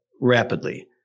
rapidly